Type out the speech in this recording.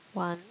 one